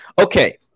Okay